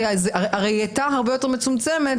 הרי היא הייתה הרבה יותר מצומצמת,